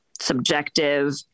subjective